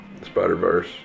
Spider-Verse